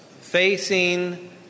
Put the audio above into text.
facing